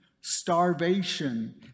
starvation